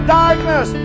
darkness